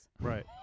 Right